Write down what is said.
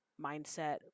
mindset